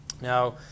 Now